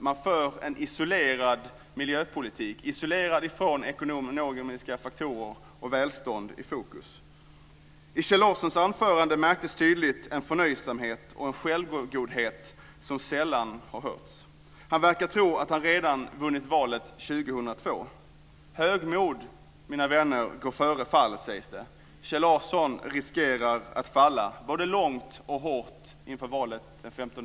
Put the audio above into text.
Man för en miljöpolitik som är isolerad från ekonomiska faktorer med välståndet i fokus. I Kjell Larssons anförande märktes tydlig en förnöjsamhet och självgodhet som sällan har hörts. Han verkar tro att han redan har vunnit valet 2002. Högmod går före fall, sägs det, mina vänner. Kjell Larsson riskerar att falla både långt och hårt vid valet den